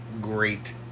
great